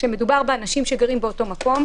כשמדובר באנשים שגרים באותו מקום,